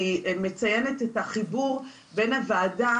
אני מציינת את החיבור בין הוועדה,